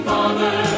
Father